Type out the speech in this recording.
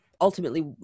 ultimately